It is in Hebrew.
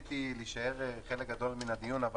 רציתי להישאר חלק גדול מן הדיון אבל